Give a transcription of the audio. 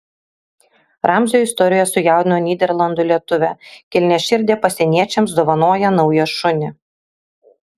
ramzio istorija sujaudino nyderlandų lietuvę kilniaširdė pasieniečiams dovanoja naują šunį